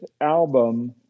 album